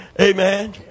Amen